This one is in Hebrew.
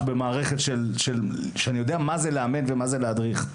במערכת שאני יודע מה זה לאמן ומה זה להדריך.